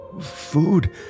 Food